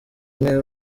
umwe